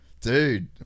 dude